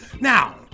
Now